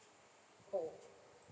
oh